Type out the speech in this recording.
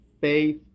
faith